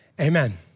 Amen